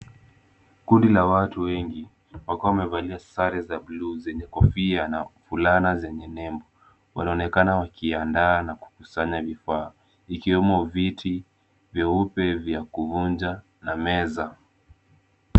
Kundi la watu wengi wakiwa wamevalia sare za bluu zenye kofia na fulana zenye nembo. Wanaonekana wakiandaa na kukusanya vifaa ikiwemo viti vyeupe vya kuvunja na meza.